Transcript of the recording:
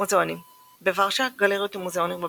מוזיאונים בוורשה גלריות ומוזיאונים רבים.